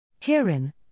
Herein